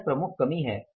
यह प्रमुख कमी है